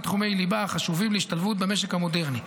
תחומי ליבה החשובים להשתלבות במשק המודרני: